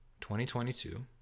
2022